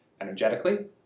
energetically